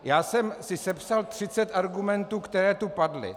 Já jsem si sepsal 30 argumentů, které tu padly.